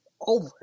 over